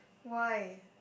why